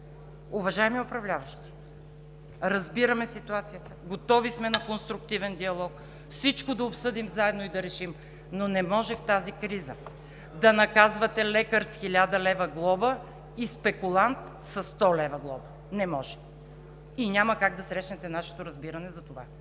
Уважаеми управляващи, разбираме ситуацията, готови сме на конструктивен диалог, всичко да обсъдим заедно и да решим! Но не може в тази криза да наказвате лекар с глоба 1000 лв. и спекулант – със 100 лв.! Не може и няма как да срещнете нашето разбиране за това!